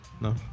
No